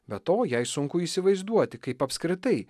be to jai sunku įsivaizduoti kaip apskritai